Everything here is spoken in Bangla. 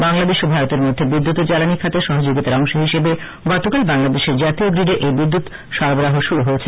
বাংলাদেশ ও ভারতের মধ্যে বিদ্যুৎ ও জ্বালানি খাতে সহযোগিতার অংশ হিসেবে গতকাল বাংলাদেশের জাতীয় গ্রিডে এই বিদ্যুৎ সরবরাহ শুরু হয়েছে